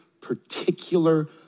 particular